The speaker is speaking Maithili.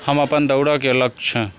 हम अपन दौड़यके लक्ष्य